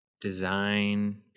Design